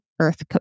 Earth